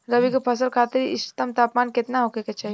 रबी क फसल खातिर इष्टतम तापमान केतना होखे के चाही?